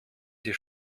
die